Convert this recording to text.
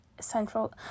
central